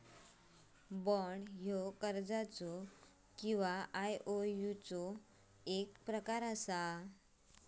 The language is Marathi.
बाँड ह्यो कर्जाचो किंवा आयओयूचो एक प्रकार असा